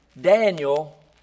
Daniel